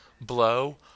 Blow